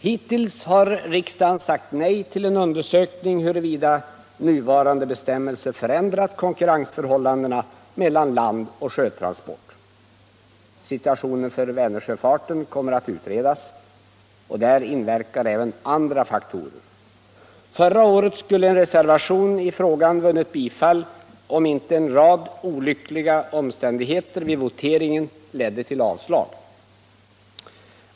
Hittills har riksdagen sagt nej till en undersökning huruvida nuvarande bestämmelser förändrat konkurrensförhållandena mellan landoch sjötransport. Situationen för Vänersjöfarten kommer att utredas. Där inverkar även andra faktorer. Förra året skulle en reservation i frågan ha vunnit bifall, om inte en rad olyckliga omständigheter vid voteringen lett till avslag.